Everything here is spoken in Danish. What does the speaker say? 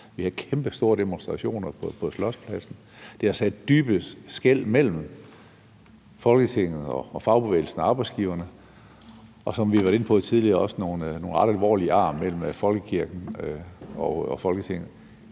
vi har kæmpestore demonstrationer på Slotspladsen; det har sat dybe skel mellem Folketinget og fagbevægelsen og arbejdsgiverne og, som vi også har været inde på tidligere, skabt nogle ret alvorlige ar i samarbejdet mellem folkekirken og Folketinget.